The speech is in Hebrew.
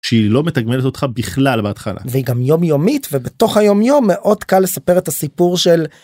שהיא לא מתגמלת אותך בכלל בהתחלה, והיא גם יומיומית ובתוך היום יום מאוד קל לספר את הסיפור של...